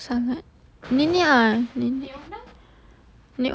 nenek tak sangat nenek ah nenek